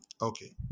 Okay